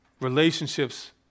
relationships